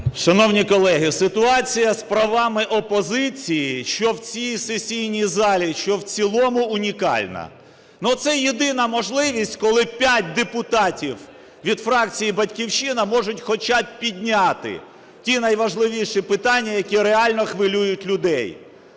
Шановні колеги, ситуація з правами опозиції, що в цій сесійній залі, що в цілому, унікальна. Але це єдина можливість, коли 5 депутатів від фракції "Батьківщина" можуть хоча б підняти ті найважливіші питання, які реально хвилюють людей.